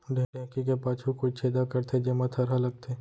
ढेंकी के पाछू कोइत छेदा करथे, जेमा थरा लगथे